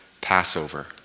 Passover